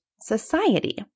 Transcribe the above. society